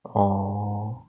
orh